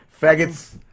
Faggots